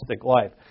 life